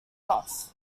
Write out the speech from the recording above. off